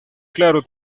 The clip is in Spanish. claro